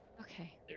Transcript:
Okay